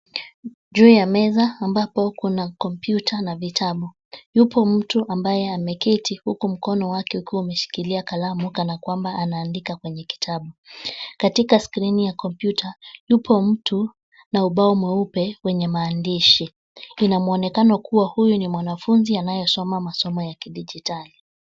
Juu ya meza ambapo kuna kompyuta na vitabu. Yupo mtu ambaye ameketi huku mkono wake ukiwa umeshikilia kalamu kana kwamba anaandika kwenye kitabu. Katika skrini ya kompyuta, yupo mtu na ubao mweupe wenye maandishi. Ina mwonekano kuwa huyu ni mwanafunzi anayesoma masomo ya kidijitali.